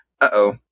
uh-oh